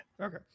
Okay